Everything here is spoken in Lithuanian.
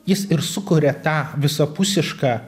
jis ir sukuria tą visapusišką